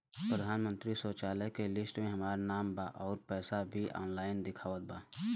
प्रधानमंत्री शौचालय के लिस्ट में हमार नाम बा अउर पैसा भी ऑनलाइन दिखावत बा